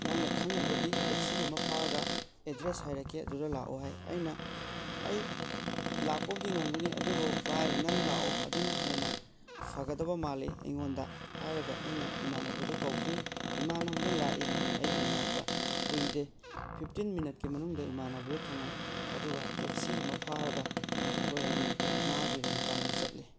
ꯅꯪꯅ ꯈꯪꯉꯒꯗꯤ ꯇꯦꯛꯁꯤ ꯑꯃ ꯐꯥꯔꯒ ꯑꯦꯗ꯭ꯔꯦꯁ ꯍꯥꯏꯔꯛꯀꯦ ꯑꯗꯨꯗ ꯂꯥꯛꯑꯣ ꯍꯥꯏ ꯑꯩꯅ ꯑꯩ ꯂꯥꯛꯄꯕꯨꯗꯤ ꯉꯝꯒꯅꯤ ꯑꯗꯨꯕꯨ ꯚꯥꯏ ꯅꯪ ꯂꯥꯛꯑꯣ ꯑꯗꯨꯅ ꯍꯦꯟꯅ ꯐꯒꯗꯕ ꯃꯥꯜꯂꯦ ꯑꯩꯉꯣꯟꯗ ꯍꯥꯏꯔꯒ ꯑꯩꯅ ꯏꯃꯥꯟꯅꯕꯗꯨ ꯀꯧꯈꯤ ꯏꯃꯥꯟꯅꯕꯗꯨ ꯂꯥꯛꯏ ꯑꯩꯒꯤ ꯏꯅꯥꯛꯇ ꯀꯨꯏꯗꯦ ꯐꯤꯄꯇꯤꯟ ꯃꯤꯅꯠꯀꯤ ꯃꯅꯨꯡꯗ ꯏꯃꯥꯟꯅꯕꯗꯨ ꯊꯨꯡꯉꯩ ꯑꯗꯨꯒ ꯇꯦꯛꯁꯤ ꯑꯃ ꯐꯥꯔꯒ ꯑꯩꯈꯣꯏ ꯑꯅꯤ ꯃꯥꯒꯤ ꯔꯨꯝ ꯇꯥꯅ ꯆꯠꯂꯤ